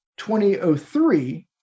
2003